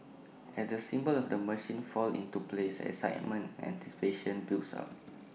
as the symbols of the machine fall into place excitement anticipation builds up